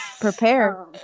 prepare